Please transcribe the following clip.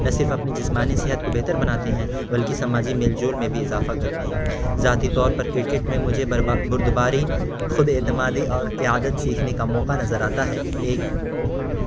نہ صرف اپنی جسمانی صحت کو بہتر بناتے ہیں بلکہ سماجی میل جول میں بھی اضافہ کرتے ہیں ذاتی طور پر کرکٹ میں مجھے برباد بردباری خود اعتمادی اور قیادت سیکھنے کا موقع نظر آتا ہے ایک